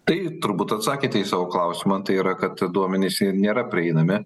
tai turbūt atsakėte į savo klausimą tai yra kad duomenys nėra prieinami